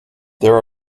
there